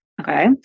Okay